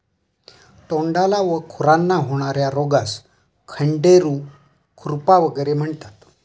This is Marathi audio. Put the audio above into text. तोंडाला व खुरांना होणार्या रोगास खंडेरू, खुरपा वगैरे म्हणतात